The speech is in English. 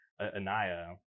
Anaya